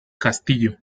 castillo